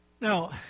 Now